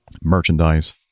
merchandise